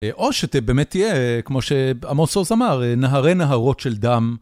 או שבאמת תהיה, כמו שעמוס עוז אמר, נהרי נהרות של דם.